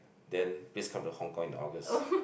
then please come to Hong-Kong in August